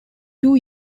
two